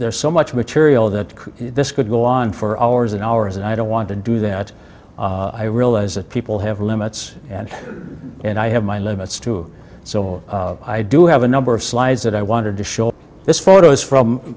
there's so much material that this could go on for hours and hours and i don't want to do that i realize that people have limits and and i have my limits too so i do have a number of slides that i wanted to show this photos from